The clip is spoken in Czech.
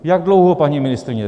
Jak dlouho, paní ministryně?